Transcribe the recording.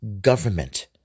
government